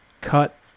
cut